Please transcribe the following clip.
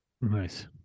Nice